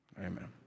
Amen